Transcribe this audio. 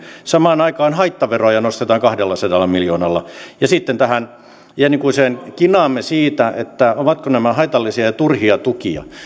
samaan aikaan haittaveroja nostetaan kahdellasadalla miljoonalla ja sitten tähän iänikuiseen kinaamme siitä ovatko nämä haitallisia ja turhia tukia